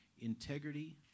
Integrity